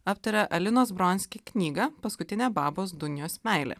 aptaria alinos bronski knygą paskutinė babos dunijos meilė